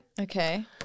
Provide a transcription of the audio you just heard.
Okay